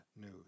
news